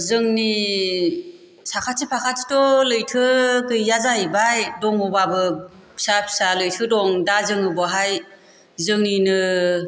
जोंनि साखाथि फाखाथिथ' लैथो गैया जाहैबाय दङबाबो फिसा फिसा लैथो दं दा जोङो बहाय जोंनिनो